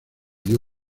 dio